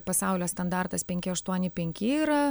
pasaulio standartas penki aštuoni penki yra